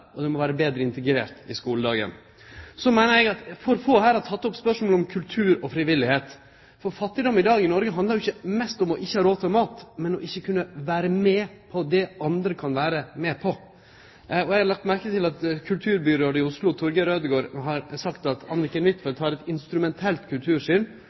få her har teke opp spørsmålet om kultur og frivilligheit. Fattigdom i Noreg i dag handlar ikkje mest om å ha råd til mat, men om ikkje å kunne vere med på det andre kan vere med på. Eg har lagt merke til at kulturbyråd i Oslo, Torger Ødegaard, har sagt at Anniken